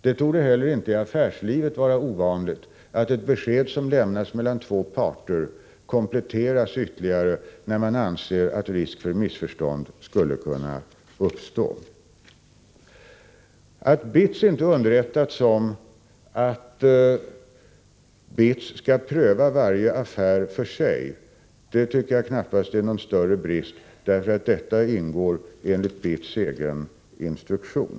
Det torde inte heller i affärslivet vara ovanligt att ett besked mellan två parter som lämnats kompletteras ytterligare när man anser att risk för missförstånd skulle kunna uppstå. Att BITS inte underrättats om att BITS skall pröva varje affär för sig, tycker jag knappast är någon större brist, eftersom detta ingår i BITS egen instruktion.